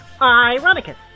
Ironicus